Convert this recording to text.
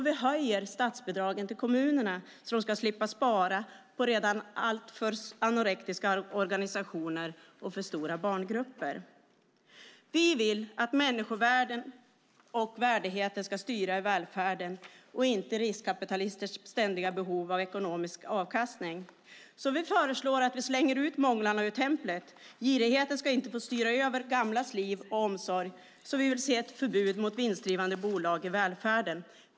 Vi höjer statsbidragen till kommunerna för att de ska slippa spara på redan alltför anorektiska organisationer med för stora barngrupper. Vi vill att människovärdet och värdigheten ska styra i välfärden och inte riskkapitalisters ständiga behov av ekonomisk avkastning. Vi föreslår att vi ska slänga ut månglarna ur templet. Girigheten ska inte få styra över gamlas liv och omsorg. Vi vill se ett förbud mot vinstdrivande bolag i välfärden.